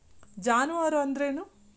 ಜಾನುವಾರು ಅಂದ್ರೇನು?